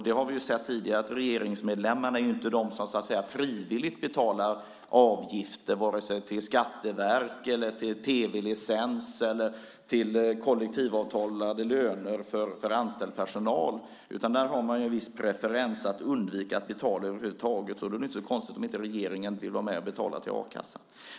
Vi har ju sett tidigare att regeringsmedlemmar inte frivilligt betalar avgifter vare sig till skatteverk, tv-licens eller kollektivavtalade löner för anställd personal. Där har man en viss preferens att undvika att betala över huvud taget. Då är det inte så konstigt om inte regeringen vill vara med och betala till a-kassan.